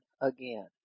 again